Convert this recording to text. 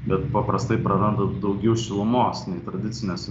bet paprastai praranda daugiau šilumos nei tradicinės